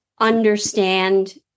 understand